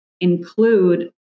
include